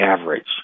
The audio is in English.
average